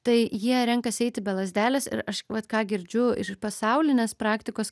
tai jie renkasi eiti be lazdelės ir aš vat ką girdžiu iš pasaulinės praktikos